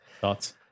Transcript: Thoughts